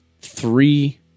three